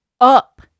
up